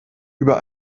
über